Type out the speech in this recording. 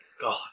God